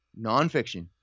nonfiction